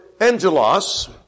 Angelos